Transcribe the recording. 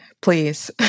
please